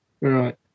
right